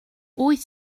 wyt